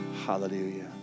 hallelujah